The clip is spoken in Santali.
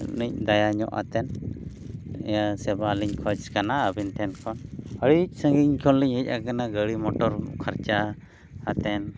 ᱟᱹᱞᱤᱧ ᱫᱟᱭᱟ ᱧᱚᱜ ᱟᱛᱮᱫ ᱥᱮᱵᱟᱞᱤᱧ ᱠᱷᱚᱡᱽ ᱠᱟᱱᱟ ᱟᱹᱵᱤᱱ ᱴᱷᱮᱱ ᱠᱷᱚᱱ ᱟᱹᱰᱤ ᱥᱟᱺᱜᱤᱧ ᱠᱷᱚᱱᱞᱤᱧ ᱦᱮᱡ ᱠᱟᱱᱟ ᱜᱟᱹᱰᱤ ᱢᱚᱴᱚᱨ ᱠᱷᱚᱨᱪᱟ ᱠᱟᱛᱮᱱ